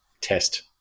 test